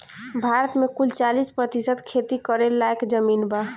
भारत मे कुल चालीस प्रतिशत खेती करे लायक जमीन बा